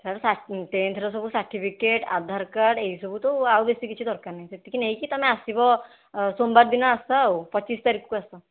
ଟେନ୍ଥ୍ର ସବୁ certificate Aadhaar card ଏହିସବୁ ତ ଆଉ ବେଶୀ କିଛି ଦରକାର ନାହିଁ ସେତିକି ନେଇକି ତୁମେ ଆସିବ ସୋମବାର ଦିନ ଆସ ଆଉ ପଚିଶ ତାରିଖକୁ ଆସ